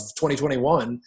2021